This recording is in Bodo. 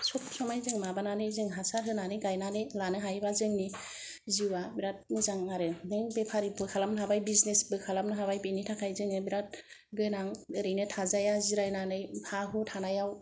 सब समाय जों माबानानै जों हासार होनानै गाइनानै लानो हायोबा जोंनि जिउवा बेराद मोजां आरो नों बेफारिबो खालामनो हाबाय बिजनेस बो खालामनो हाबाय बेनि थाखाय जोङो बेराद गोनां ओरैनो थाजाया जिरायनानै हा हु थानायाव